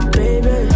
baby